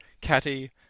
Catty